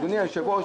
אדוני היושב-ראש,